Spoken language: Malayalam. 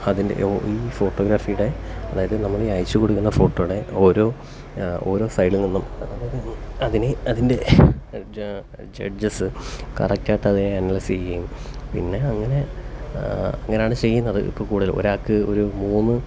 അതിന്റെ ഈ ഫോട്ടോഗ്രാഫിയുടെ അതായത് നമ്മൾ ഈ അയച്ചു കൊടുക്കുന്ന ഫോട്ടോയുടെ ഓരോ ഓരോ സൈഡില് നിന്നും അതിനെ അതിന്റെ ജഡ്ജസ് കറക്റ്റ് ആയിട്ട് അതിനെ അനലൈസ് ചെയ്യുകയും പിന്നെ അങ്ങനെ അങ്ങനെയാണ് ചെയ്യുന്നത് കൂടുതലും ഒരാൾക്ക് ഒരു മൂന്ന്